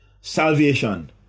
salvation